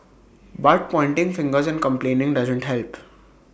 but pointing fingers and complaining doesn't help